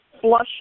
flush